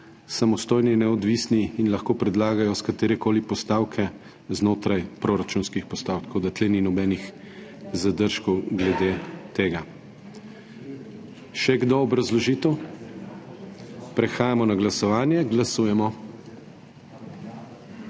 samostojni in neodvisni in lahko predlagajo s katerekoli postavke znotraj proračunskih postavk. Tako da tu ni nobenih zadržkov glede tega. Še kdo obrazložitev? (Ne.) Prehajamo na glasovanje. Glasujemo.